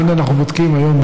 אם אנחנו בודקים היום,